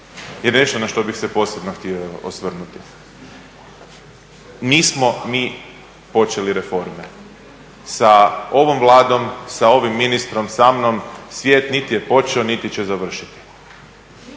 je nešto na što bih se posebno htio osvrnuti. Nismo mi počeli reforme. Sa ovom Vladom, sa ovim ministrom, sa mnom, svijet nit je počeo niti će završiti.